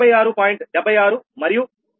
76 మరియు 73